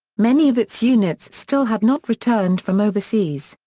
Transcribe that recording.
many of its units still had not returned from overseas,